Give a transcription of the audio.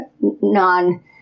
non